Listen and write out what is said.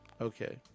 Okay